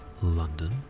London